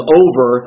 over